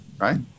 right